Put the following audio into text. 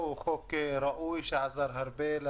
זה לא פיצוי במקרה הזה אלא זה החזרת כספים,